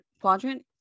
quadrant